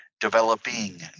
developing